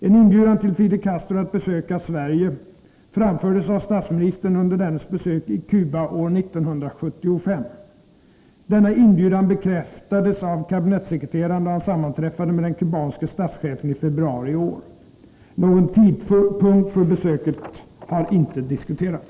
En inbjudan till Fidel Castro att besöka Sverige framfördes av statsministern under dennes besök i Cuba år 1975. Denna inbjudan bekräftades av kabinettssekreteraren då han sammanträdde med den kubanske statschefen i februari i år. Någon tidpunkt för besöket har inte diskuterats.